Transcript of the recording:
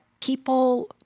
people